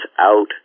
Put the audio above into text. out